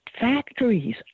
factories